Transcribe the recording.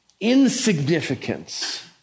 insignificance